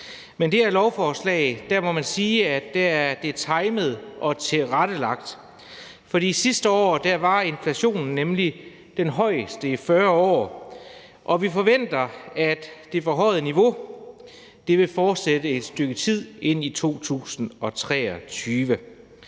men det her lovforslag må man sige er timet og tilrettelagt, for sidste år var inflationen nemlig den højeste i 40 år, og vi forventer, at det forhøjede niveau vil fortsætte et stykke tid ind i 2023.